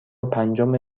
پنجم